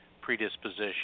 predisposition